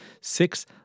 six